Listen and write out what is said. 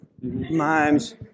Mimes